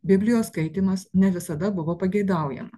biblijos skaitymas ne visada buvo pageidaujama